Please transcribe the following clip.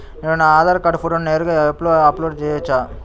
నేను నా ఆధార్ కార్డ్ ఫోటోను నేరుగా యాప్లో అప్లోడ్ చేయవచ్చా?